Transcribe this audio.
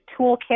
toolkit